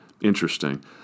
Interesting